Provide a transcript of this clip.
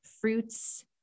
fruits